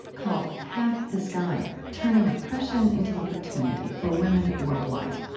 called half the sky turning oppression into opportunity for women worldwide